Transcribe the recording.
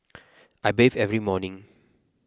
I bathe every morning